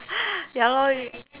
ya lor